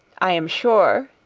i am sure,